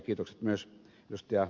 kiitokset myös ed